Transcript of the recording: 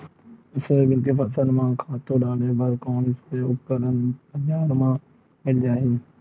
Soybean के फसल म खातु डाले बर कोन से उपकरण बजार म मिल जाहि?